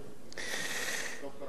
ידוע,